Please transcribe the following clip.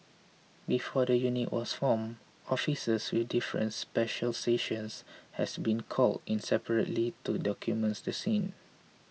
before the unit was formed officers with difference has been called in separately to document the scene